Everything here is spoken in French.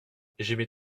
j’aimais